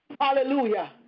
hallelujah